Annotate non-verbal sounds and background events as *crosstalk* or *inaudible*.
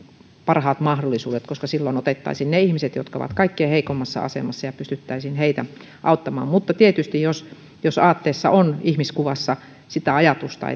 parhaat mahdollisuudet silloin otettaisiin ne ihmiset jotka ovat kaikkein heikoimmassa asemassa ja pystyttäisiin heitä auttamaan mutta tietysti jos jos aatteessa on ihmiskuvassa sitä ajatusta *unintelligible*